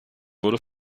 wurde